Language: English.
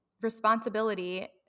responsibility